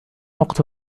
وقت